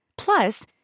Plus